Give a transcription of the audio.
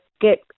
get